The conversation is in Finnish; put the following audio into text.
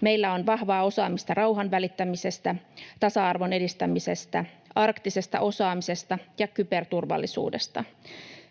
Meillä on vahvaa osaamista rauhanvälittämisestä, tasa-arvon edistämisestä ja kyberturvallisuudesta